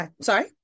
Sorry